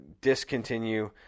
discontinue